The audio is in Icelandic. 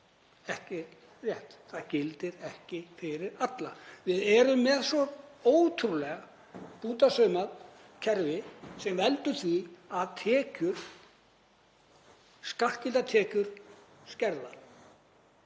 ekki rétt, það gildir ekki fyrir alla. Við erum með svo ótrúlega bútasaumað kerfi sem veldur því að skattskyldar tekjur skerða;